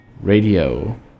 Radio